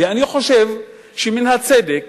ואני חושב שמן הצדק